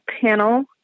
panel